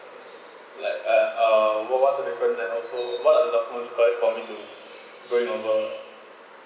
like have uh what what's the difference that also there's a lot of document enquire for me to going on work